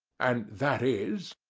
and that is?